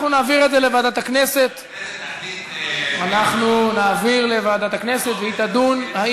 אנחנו נעביר את זה לוועדת הכנסת והיא תדון אם